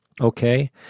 Okay